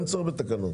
אין צורך בתקנות.